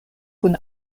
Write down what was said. kun